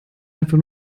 einfach